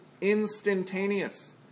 instantaneous